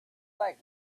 like